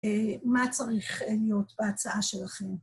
‫מה צריך להיות בהצעה שלכם?